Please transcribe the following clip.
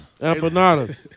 Empanadas